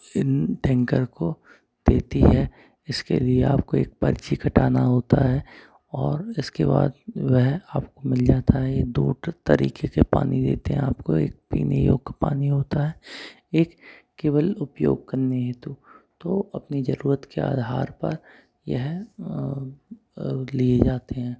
इन tanker को देती है इसके लिए आपको एक पर्ची कटाना होता है और इसके बाद जो है आपको मिल जाता यह दो तरीके के पानी देते हैं आपको एक पीने योग्य पानी होता है एक केवल उपयोग करने हेतु तो अपनी ज़रूरत के आधार पर यह लिए जाते हैं